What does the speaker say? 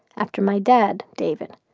after my dad, david.